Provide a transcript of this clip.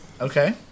Okay